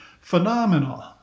phenomenal